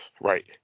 Right